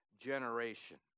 generation